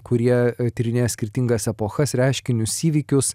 kurie tyrinėja skirtingas epochas reiškinius įvykius